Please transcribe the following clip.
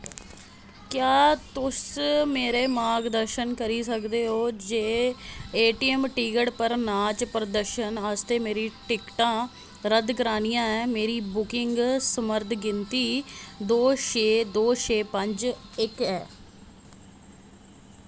क्या तुस मेरा मार्गदर्शन करी सकदे ओ जे ऐटम टिक्टस पर नाच प्रदर्शन आस्तै मेरे टिकटां कि'यां रद्द करनियां न मेरी बुकिंग संदर्भ गिनतरी दो छे दो छे पंज इक ऐ